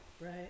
right